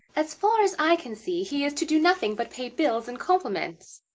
as far as i can see, he is to do nothing but pay bills and compliments.